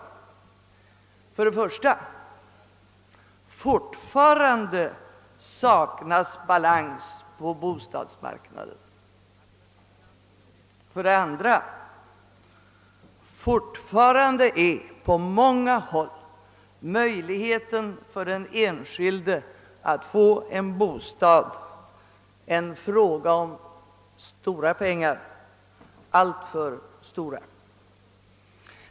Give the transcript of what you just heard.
För det första saknas fortfarande balans på bostadsmarknaden och för det andra är ännu på många håll bostadsproblemet för den enskilde en fråga om stora pengar, alltför stora.